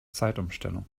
zeitumstellung